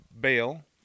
bail